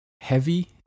heavy